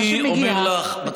אני אומר לך,